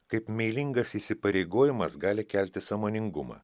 kaip meilingas įsipareigojimas gali kelti sąmoningumą